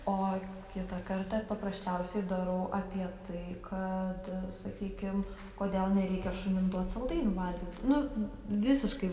o kitą kartą paprasčiausiai darau apie tai kad sakykim kodėl nereikia šunim duot saldainių valgyt nu visiškai